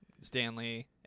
Stanley